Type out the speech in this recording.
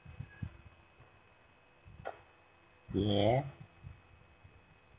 yeah